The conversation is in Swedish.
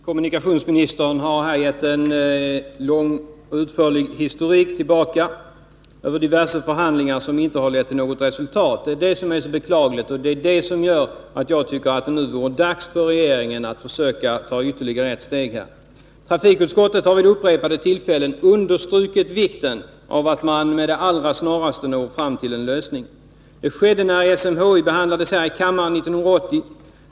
Herr talman! Kommunikationsministern har givit en utförlig historik över förhandlingar som inte har lett till något resultat. Det är denna brist på resulatat som är så beklaglig och som gör att jag tycker att det är dags för regeringen att försöka ta ytterligare ett steg. Trafikutskottet har vid upprepade tillfällen understrukit vikten av att man med det allra snaraste når fram till en lösning. Det skedde när frågan om SMHI behandlades här i kammaren 1980.